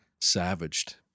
Savaged